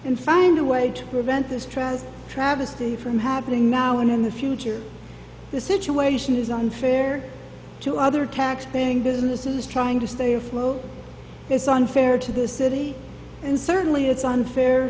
and find a way to prevent this tragedy travesty from happening now and in the future this situation is unfair to other taxpaying businesses trying to stay afloat it's unfair to the city and certainly it's unfair